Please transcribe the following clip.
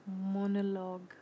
monologue